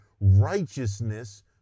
righteousness